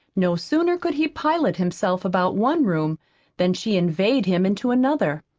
no sooner could he pilot himself about one room than she inveigled him into another.